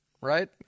right